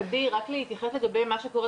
עדי, רק להתייחס לגבי מה שקורה